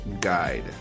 guide